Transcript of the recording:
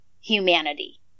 humanity